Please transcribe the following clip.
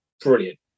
Brilliant